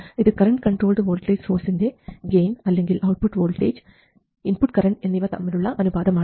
ഇത് current controlled voltage സോഴ്സിൻറെ gain അല്ലെങ്കിൽ ഔട്ട്പുട്ട് വോൾട്ടേജ് ഇൻപുട്ട് കറൻറ് എന്നിവ തമ്മിലുള്ള അനുപാതം ആണ്